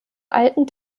alten